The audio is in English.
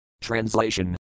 Translation